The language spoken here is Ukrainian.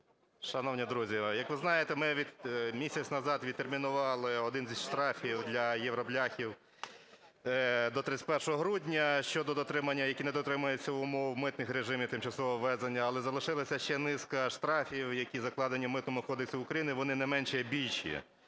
Шановні друзі, як ви знаєте, ми місяць назад відтермінували один з штрафів для "євробляхів" до 31 грудня щодо дотримання... які не дотримуються умов митних режимів тимчасового ввезення. Але залишилася ще низка штрафів, які закладені в Митному кодексі України, вони не менші, а більші,